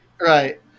Right